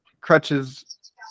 crutches